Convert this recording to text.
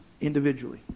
individually